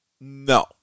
No